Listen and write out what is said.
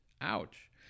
Ouch